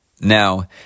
Now